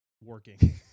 working